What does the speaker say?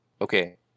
Okay